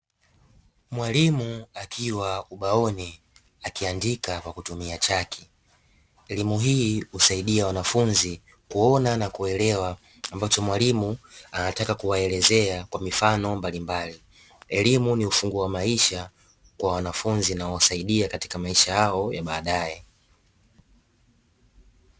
Mwalimu akiwa ubaoni akiandika kwa kutumia chaki, elimu hii husaidia wanafunzi kuona na kuelewa ambacho mwalimu anataka kuwaelezea kwa mifano mbalimbali. Elimu ni ufunguo wa maisha kwa wanafunzi, na huwasaidia katika maisha yao ya baadae.